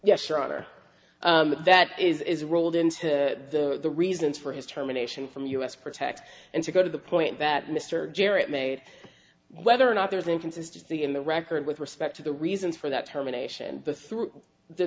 honor that is rolled in to the reasons for his terminations from us protect and to go to the point that mr jarrett made whether or not there's inconsistency in the record with respect to the reasons for that termination the through the